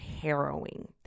harrowing